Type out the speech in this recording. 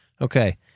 Okay